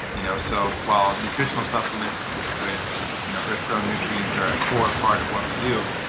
you know so well nutritional supplements with you know earth-grown nutrients are a core part of what we do.